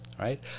right